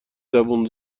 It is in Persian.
زبون